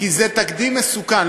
כי זה תקדים מסוכן,